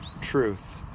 truth